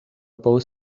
both